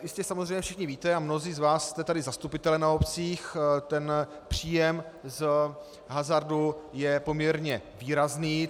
Jistě samozřejmě všichni víte, a mnozí z vás jste tady zastupitelé na obcích, ten příjem z hazardu je poměrně výrazný.